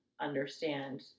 understand